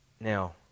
Now